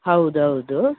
ಹೌದೌದು